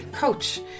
coach